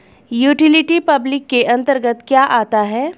Utility public के अंतर्गत क्या आता है?